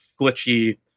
glitchy